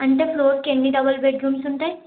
అంటే ఫ్లోర్కి ఎన్ని డబల్ బెడ్రూమ్స్ ఉంటాయి